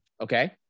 Okay